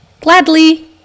Gladly